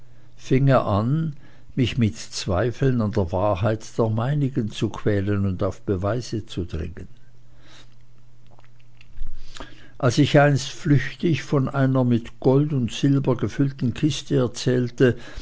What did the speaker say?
er an mich mit zweifeln an der wahrheit der meinigen zu quälen und auf beweise zu dringen als ich einst flüchtig von einer mit gold und silber gefüllten kiste erzählte